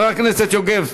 חבר הכנסת יוגב,